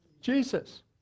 Jesus